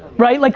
right? like